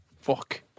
Fuck